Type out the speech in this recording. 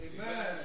Amen